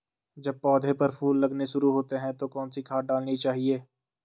जब पौधें पर फूल लगने शुरू होते हैं तो कौन सी खाद डालनी चाहिए?